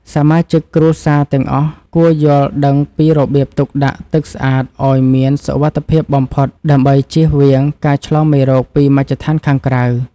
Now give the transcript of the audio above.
សមាជិកគ្រួសារទាំងអស់គួរយល់ដឹងពីរបៀបទុកដាក់ទឹកស្អាតឱ្យមានសុវត្ថិភាពបំផុតដើម្បីចៀសវាងការឆ្លងមេរោគពីមជ្ឈដ្ឋានខាងក្រៅ។